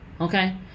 Okay